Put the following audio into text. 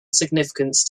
significance